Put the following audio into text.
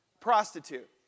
Prostitute